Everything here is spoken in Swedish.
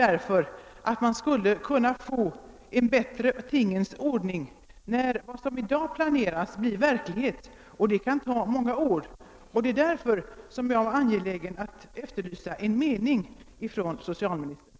Om det skall bli en bättre tingens ordning när vad som nu planeras är verklighet, så krävs det emellertid åtgärder redan nu. Det är därför jag är angelägen om att efterlysa en mening från socialministern.